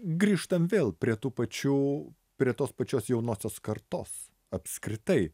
grįžtam vėl prie tų pačių prie tos pačios jaunosios kartos apskritai